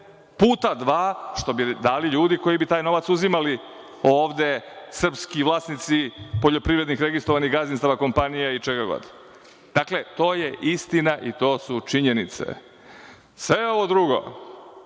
puta dva, što bi dali ljudi koji bi taj novac uzimali ovde, srpski vlasnici poljoprivrednih registrovanih gazdinstava, kompanija i čega god. Dakle, to je istina i to su činjenice. Sve ovo drugo,